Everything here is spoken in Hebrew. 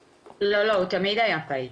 לא, הוא תמיד היה פעיל.